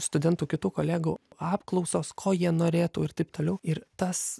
studentų kitų kolegų apklausos ko jie norėtų ir taip toliau ir tas